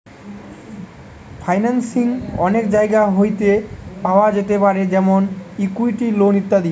financing অনেক জায়গা হইতে পাওয়া যেতে পারে যেমন ইকুইটি, লোন ইত্যাদি